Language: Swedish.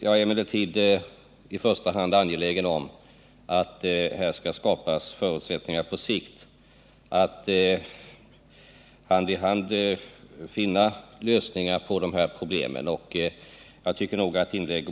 Jag är emellertid i första hand angelägen om att det på sikt skapas förutsättningar för att hand i hand finna lösningar på de här problemen.